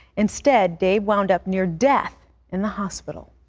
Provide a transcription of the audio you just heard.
instead dave wound up near death in the hospital.